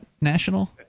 national